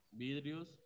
vidrios